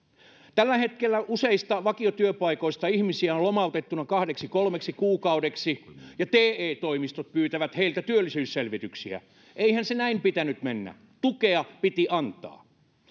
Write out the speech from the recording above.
tällä hetkellä useista vakiotyöpaikoista ihmisiä on lomautettuna kahdeksi kolmeksi kuukaudeksi ja te toimistot pyytävät heiltä työllisyysselvityksiä eihän sen näin pitänyt mennä tukea piti antaa